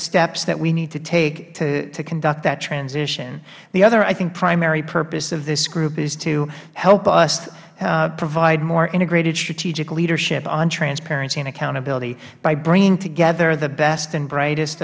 steps that we need to take to conduct that transition the other i think primary purpose of this group is to help us provide more integrated strategic leadership on transparency and accountability by bringing together the best and brightest